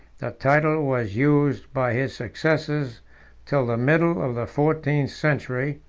the title was used by his successors till the middle of the fourteenth century,